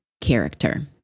character